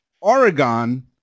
Oregon